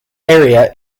area